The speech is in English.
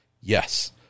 yes